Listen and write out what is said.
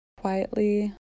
quietly